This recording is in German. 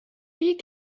die